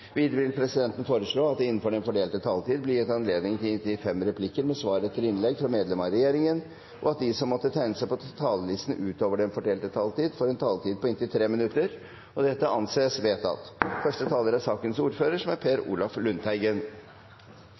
Videre vil presidenten foreslå at det – innenfor den fordelte taletid – blir gitt anledning til replikkordskifte på inntil fem replikker med svar etter innlegg fra medlemmer av regjeringen, og at de som måtte tegne seg på talerlisten utover den fordelte taletid, får en taletid på inntil 3 minutter. – Det anses vedtatt.